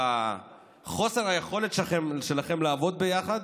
בחוסר היכולת שלכם לעבוד ביחד